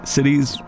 Cities